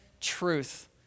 truth